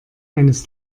eines